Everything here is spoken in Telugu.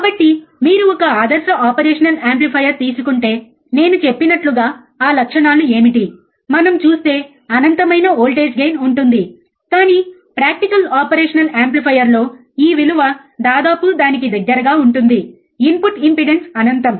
కాబట్టి మీరు ఒక ఆదర్శ ఆపరేషనల్ యాంప్లిఫైయర్ తీసుకుంటే నేను చెప్పినట్లుగా ఆ లక్షణాలు ఏమిటి మనం చూస్తే అనంతమైన వోల్టేజ్ గెయిన్ ఉంటుంది కాని ప్రాక్టికల్ ఆపరేషన్ యాంప్లిఫైయర్ లో ఈ విలువ దాదాపు దానికి దగ్గరగా ఉంటుంది ఇన్పుట్ ఇంపెడెన్స్ అనంతం